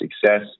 success